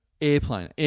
airplane